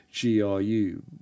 GRU